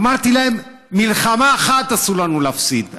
אמרתי להם: במלחמה אחת אסור לנו להפסיד,